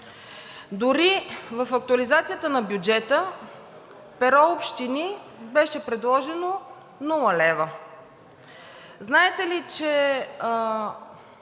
Дори в актуализацията на бюджета в перо „Общини“ беше предложено нула лева.